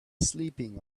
sleeping